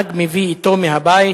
שהנהג מביא אתו מהבית,